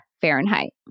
Fahrenheit